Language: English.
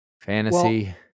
fantasy